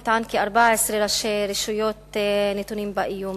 נטען כי 14 ראשי רשויות נתונים באיום,